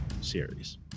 series